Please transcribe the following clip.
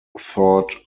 thought